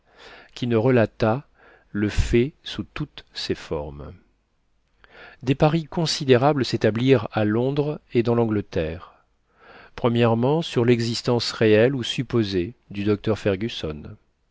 qui ne relatât le fait sous toutes ses formes des paris considérables s'établirent à londres et dans l'angleterre sur l'existence réelle ou supposée du docteur fergusson